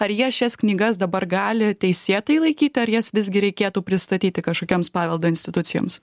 ar jie šias knygas dabar gali teisėtai laikyti ar jas visgi reikėtų pristatyti kažkokioms paveldo institucijoms